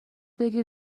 بگیر